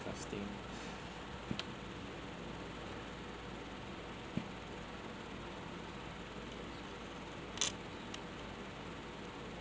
disgusting